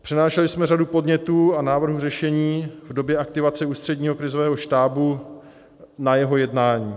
Přinášeli jsme řadu podnětů a návrhů řešení v době aktivace Ústředního krizového štábu na jeho jednání.